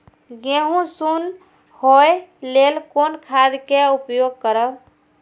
गेहूँ सुन होय लेल कोन खाद के उपयोग करब?